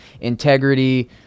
integrity